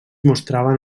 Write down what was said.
mostraven